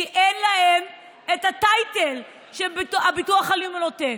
כי אין להם את הטייטל שהביטוח הלאומי נותן.